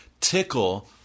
tickle